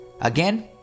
Again